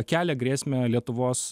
kelia grėsmę lietuvos